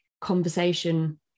conversation